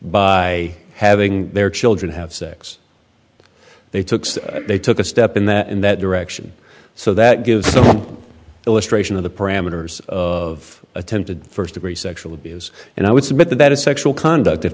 by having their children have sex they took they took a step in that in that direction so that gives some illustration of the parameters of attempted first degree sexual abuse and i would submit that that is sexual conduct if